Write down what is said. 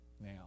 now